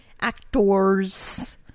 Actors